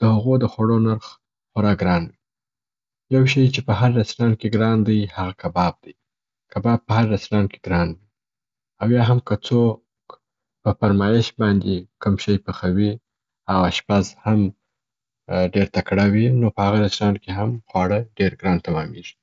د هغو د خوړو نرخ خورا ګران وي. یو شي چې په هر رسټورانټ کې ګران دی هغه کباب دی. کباب په هر رسټورانټ کې ګران وي، او یا هم که څوک په فرمایش باندي کم شي پخوي او اشپز هم ډېر تګره وي نو په هغه رسټورانټ کې هم خواړه ډېر ګران تمامیږي.